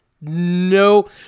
No